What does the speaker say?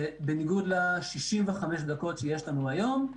בניגוד ל-65 דקות שיש לנו היום.